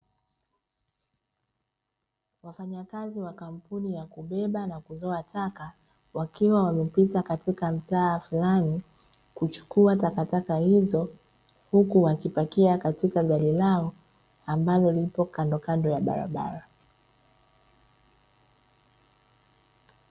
Wafanyakazi wa kampuni ya kubeba na kuzoa taka, wakiwa wamepita katika mtaa fulani kuchukua takataka hizo, huku wakipakia katika gari lao ambalo lipo kandokando ya barabara.